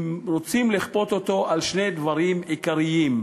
רוצים לכפות אותו על שני דברים עיקריים,